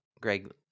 Greg